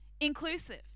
inclusive